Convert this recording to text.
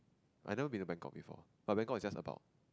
I have never been to Bangkok before but Bangkok is just about